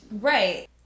right